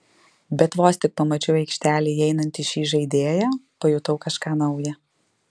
bet vos tik pamačiau į aikštelę įeinantį šį žaidėją pajutau kažką nauja